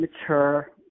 mature